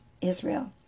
Israel